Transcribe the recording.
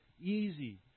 easy